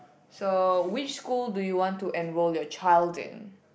so which school do you want to enroll your child in